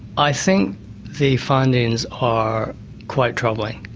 i think the findings are quite troubling.